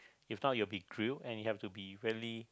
if not you will be grilled and you have to be really